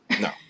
No